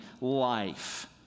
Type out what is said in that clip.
life